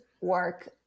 work